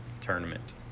tournament